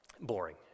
boring